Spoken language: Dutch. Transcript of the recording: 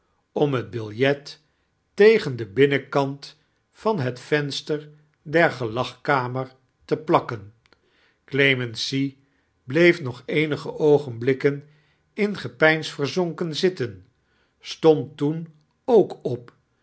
om bet biljet tegea den binnenkant van het venstea der getlagkameir te plakken clemency bleef nog eemige oogenblikken in gepeins verzonken zitten stiond teen ook op